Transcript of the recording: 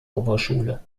oberschule